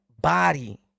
body